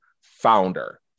founder